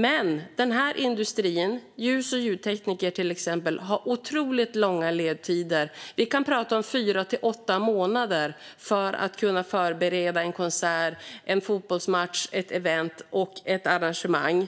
Men den här industrin, som till exempel gäller ljus och ljudtekniker, har otroligt långa ledtider. Det kan ta fyra till åtta månader att förbereda en konsert, en fotbollsmatch, ett event eller ett arrangemang.